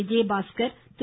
Vijayabaskar Thiru